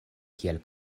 kiel